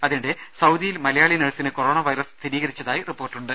അതിനിടെ സൌദിയിൽ മലയാളി നഴ്സിന് കൊറോണ വൈറസ് സ്ഥിരീകരിച്ചതായി റിപ്പോർട്ടുണ്ട്